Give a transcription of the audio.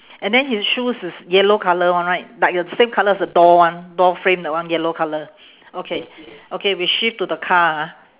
and then his shoes is yellow colour one right like the same colour as the door one door frame that one yellow colour okay okay we shift to the car ah